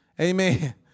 Amen